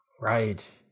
Right